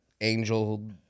angel